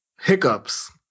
hiccups